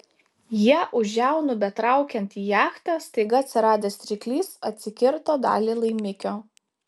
ją už žiaunų betraukiant į jachtą staiga atsiradęs ryklys atsikirto dalį laimikio